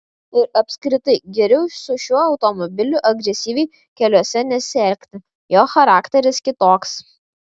ir apskritai geriau su šiuo automobiliu agresyviai keliuose nesielgti jo charakteris kitoks